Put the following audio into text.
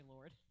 Lord